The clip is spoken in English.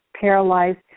paralyzed